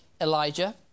Elijah